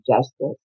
Justice